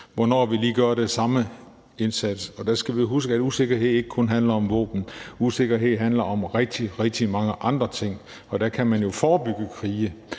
hvornår vil I gøre den samme indsats? Og der skal vi huske, at usikkerhed ikke kun handler om våben. Usikkerhed handler om rigtig, rigtig mange andre ting, og der kan man jo forebygge krige.